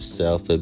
self